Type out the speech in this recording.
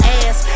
ass